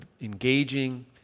engaging